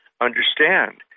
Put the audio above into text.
understand